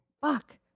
Fuck